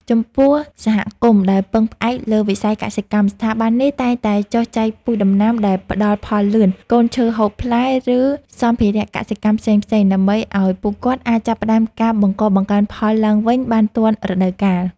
ចំពោះសហគមន៍ដែលពឹងផ្អែកលើវិស័យកសិកម្ម ស្ថាប័ននេះតែងតែចុះចែកពូជដំណាំដែលផ្ដល់ផលលឿន កូនឈើហូបផ្លែ ឬសម្ភារកសិកម្មផ្សេងៗ ដើម្បីឱ្យពួកគាត់អាចចាប់ផ្ដើមការបង្កបង្កើនផលឡើងវិញបានទាន់រដូវកាល។